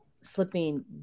slipping